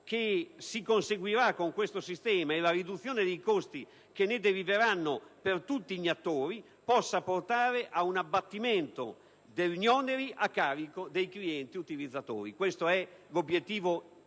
che si conseguirà grazie a questo sistema e la riduzione dei costi che ne deriverà per tutti gli attori possano portare ad un abbattimento degli oneri a carico dei clienti utilizzatori. Questo è l'obiettivo